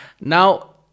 Now